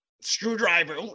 screwdriver